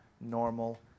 normal